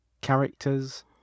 characters